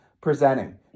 presenting